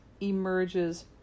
emerges